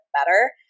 better